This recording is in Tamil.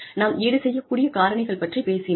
நாம் ஈடு செய்யக்கூடிய காரணிகள் பற்றிப் பேசினோம்